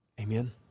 Amen